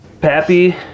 Pappy